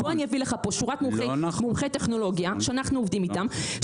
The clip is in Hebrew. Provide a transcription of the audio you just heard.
אני אביא לך פה שורת מומחי טכנולוגיה שאנחנו עובדים איתם,